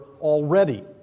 already